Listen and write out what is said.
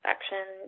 Action